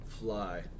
Fly